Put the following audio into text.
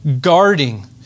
guarding